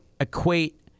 equate